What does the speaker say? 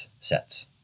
sets